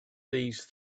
these